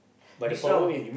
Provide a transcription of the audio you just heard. mix round